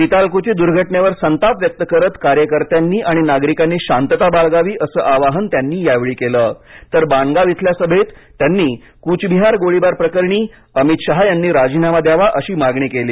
सीतालकुची दुर्घटनेवर संताप व्यक्त करत कार्यकर्त्यांनी आणि नागरिकांनी शांतात बाळगावी असं आवाहन त्यांनी यावेळी केलं तर बाणगाव इथल्या सभेत त्यांनी कुचबिहार गोळीबारप्रकरणी अमित शहा यांनी राजीनामा द्यावा अशी मागणी केली